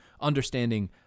understanding